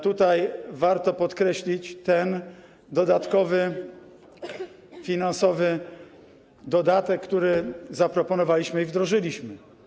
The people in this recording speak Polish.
Tutaj warto podkreślić ten dodatkowy, finansowy dodatek, który zaproponowaliśmy i wdrożyliśmy.